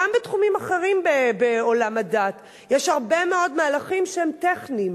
גם בתחומים אחרים בעולם הדת יש הרבה מאוד מהלכים שהם טכניים,